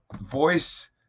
voice